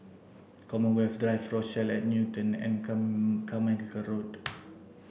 Commonwealth Drive Rochelle at Newton and Carmichael Road